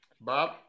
Bob